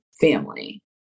family